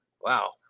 Wow